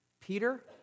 Peter